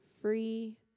free